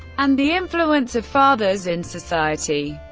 and the influence of fathers in society.